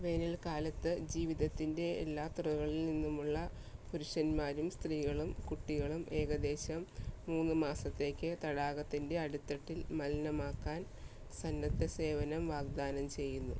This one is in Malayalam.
വേനൽക്കാലത്ത് ജീവിതത്തിൻ്റെ എല്ലാ തുറകളിൽ നിന്നുമുള്ള പുരുഷന്മാരും സ്ത്രീകളും കുട്ടികളും ഏകദേശം മൂന്ന് മാസത്തേക്ക് തടാകത്തിൻറ്റെ അടിത്തട്ടിൽ മലിനമാക്കാൻ സന്നദ്ധ സേവനം വാഗ്ദാനം ചെയ്യുന്നു